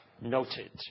noted